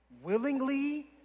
willingly